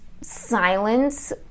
silence